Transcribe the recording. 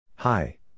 Hi